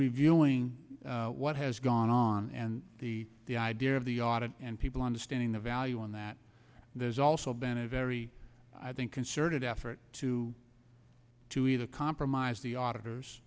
reviewing what has gone on and the the idea of the audit and people understanding the value in that there's also been a very i think concerted effort to to either compromise the auditors